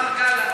השר גלנט,